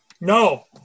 No